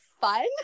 fun